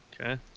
Okay